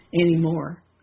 anymore